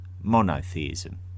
monotheism